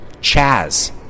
Chaz